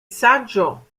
saggio